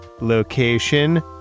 location